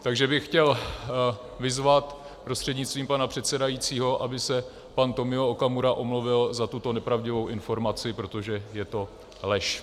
Takže bych chtěl vyzvat prostřednictvím pana předsedajícího, aby se pan Tomio Okamura omluvil za tuto nepravdivou informaci, protože je to lež.